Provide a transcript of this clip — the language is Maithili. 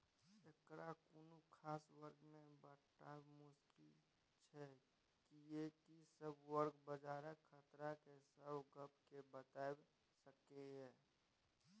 एकरा कुनु खास वर्ग में बाँटब मुश्किल छै कियेकी सब वर्ग बजारक खतरा के सब गप के बताई सकेए